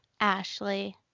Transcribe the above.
Ashley